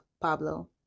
Pablo